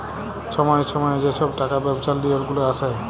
ছময়ে ছময়ে যে ছব টাকা ব্যবছার লিওল গুলা আসে